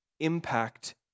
impact